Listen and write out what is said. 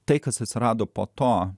tai kas atsirado po to